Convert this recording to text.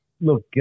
look